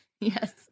Yes